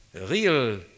real